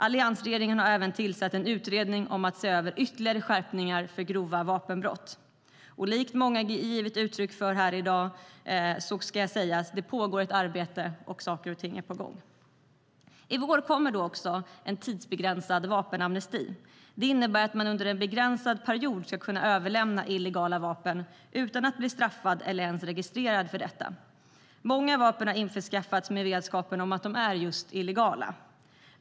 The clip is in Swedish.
Alliansregeringen har även tillsatt en utredning om att se över ytterligare skärpningar för grova vapenbrott. Som många har givit uttryck för här i dag pågår det ett arbete, och saker och ting är på gång. I vår kommer en tidsbegränsad vapenamnesti. Det innebär att man under en begränsad period kan överlämna illegala vapen utan att bli straffad eller ens registrerad för detta. Många vapen har införskaffats med vetskapen om att de är just illegala.